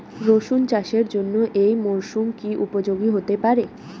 রসুন চাষের জন্য এই মরসুম কি উপযোগী হতে পারে?